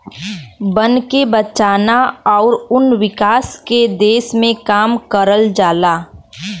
बन के बचाना आउर वन विकास के दिशा में काम करल जाला